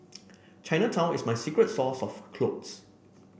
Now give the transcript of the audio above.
Chinatown is my secret source of clothes